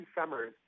summers